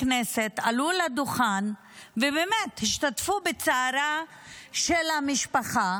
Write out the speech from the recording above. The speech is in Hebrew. כנסת עלו לדוכן ובאמת השתתפו בצערה של המשפחה.